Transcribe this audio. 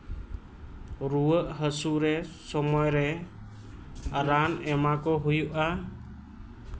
ᱨᱩᱭᱟᱹᱜ ᱦᱟᱹᱥᱩ ᱨᱮ ᱥᱚᱢᱚᱭ ᱨᱮ ᱨᱟᱱ ᱮᱢᱟ ᱠᱚ ᱦᱩᱭᱩᱜᱼᱟ